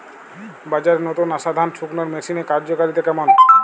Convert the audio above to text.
বাজারে নতুন আসা ধান শুকনোর মেশিনের কার্যকারিতা কেমন?